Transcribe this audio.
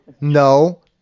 no